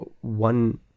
one